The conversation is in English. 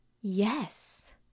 yes